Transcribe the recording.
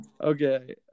Okay